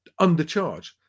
undercharge